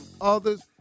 others